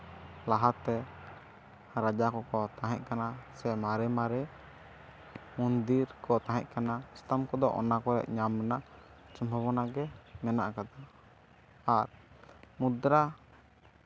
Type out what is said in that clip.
ᱨᱟᱡᱟ ᱠᱚᱠᱚ ᱛᱟᱦᱮᱸ ᱠᱟᱱᱟ ᱥᱮ ᱢᱟᱨᱮ ᱢᱟᱨᱮ ᱢᱚᱱᱫᱤᱨ ᱠᱚ ᱛᱟᱦᱮᱸ ᱠᱟᱱᱟ ᱮᱥᱛᱷᱟᱱ ᱠᱚᱫᱚ ᱠᱚᱨᱮᱜ ᱧᱟᱢ ᱮᱱᱟ ᱥᱚᱢᱵᱷᱚᱵᱚᱱᱟ ᱜᱮ ᱢᱮᱱᱟᱜ ᱠᱟᱫᱟ ᱟᱨ ᱢᱩᱫᱽᱨᱟ